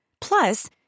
Plus